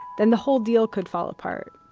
then the whole deal could fall apart.